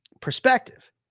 perspective